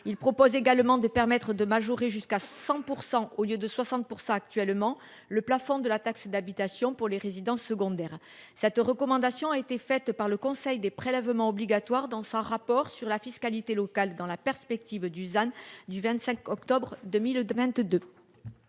Il propose également de permettre de majorer jusqu'à 100% au lieu de 60 pour ça. Actuellement, le plafond de la taxe d'habitation pour les résidences secondaires. Cette recommandation a été faite par le Conseil des prélèvements obligatoires. Dans son rapport sur la fiscalité locale dans la perspective Dusan du 25 octobre 2002,